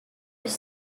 from